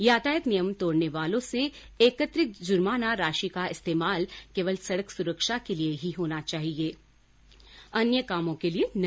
यातायात नियम तोड़ने वालों से एकत्रित जुर्माना राशि का इस्तेमाल केवल सड़क सुरक्षा के लिए ही होना चाहिये अन्य कामों के लिए नहीं